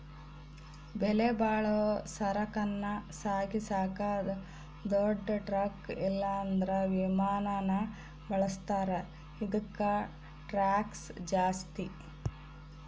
ಬೆಲೆಬಾಳೋ ಸರಕನ್ನ ಸಾಗಿಸಾಕ ದೊಡ್ ಟ್ರಕ್ ಇಲ್ಲಂದ್ರ ವಿಮಾನಾನ ಬಳುಸ್ತಾರ, ಇದುಕ್ಕ ಟ್ಯಾಕ್ಷ್ ಜಾಸ್ತಿ